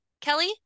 Kelly